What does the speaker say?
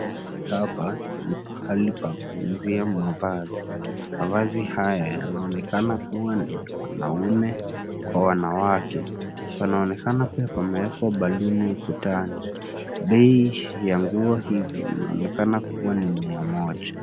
Mahali hapa, ni pahali pa kuuzia mavazi. Mavazi haya yanaonekana kuwa ni ya wanaume kwa wanawake. Panaonekana pia pamewekwa baluni ukutani, bei ya nguo hizi inaonekana kuwa ni mia moja.